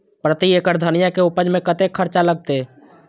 प्रति एकड़ धनिया के उपज में कतेक खर्चा लगते?